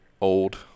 old